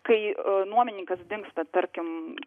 kai nuomininkas dingsta tarkim